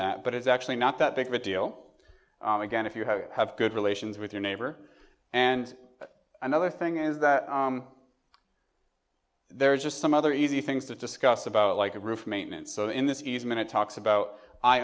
that but it's actually not that big of a deal again if you have have good relations with your neighbor and another thing is that there is just some other easy things to discuss about it like a roof maintenance so in this easement it talks about i